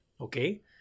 okay